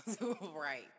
Right